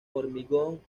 hormigón